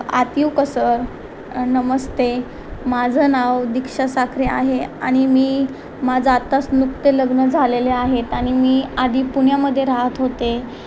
आत येऊ का सर नमस्ते माझं नाव दीक्षा साखरे आहे आणि मी माझं आताच नुकतं लग्न झालेले आहेत आणि मी आधी पुण्यामध्ये राहत होते